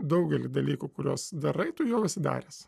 daugelį dalykų kuriuos darai tu jau esi daręs